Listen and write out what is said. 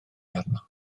arno